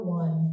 one